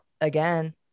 again